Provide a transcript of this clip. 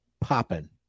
popping